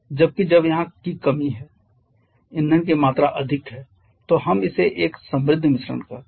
जबकि जब यह यहाँ की कमी है कि ईंधन की मात्रा अधिक है तो हम इसे एक समृद्ध मिश्रण कहते हैं